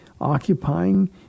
occupying